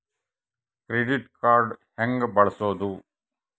Credit card ಹೆಂಗ ಬಳಸೋದು?